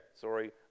sorry